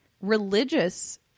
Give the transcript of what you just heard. religious